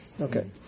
okay